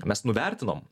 mes nuvertinam